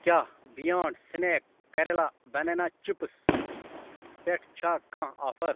کیٛاہ brand snack Kerala banana chips پٮ۪ٹھ چھا کانٛہہ آفر